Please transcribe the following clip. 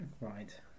Right